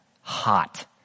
hot